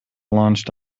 launched